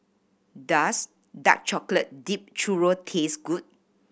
does dark chocolate dipped churro taste good